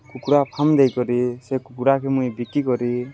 କୁକୁଡ଼ା ଫାର୍ମ୍ ଦେଇକରି ସେ କୁକୁଡ଼ାକେ ମୁଇଁ ବିକି କରି